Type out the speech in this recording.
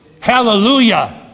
Hallelujah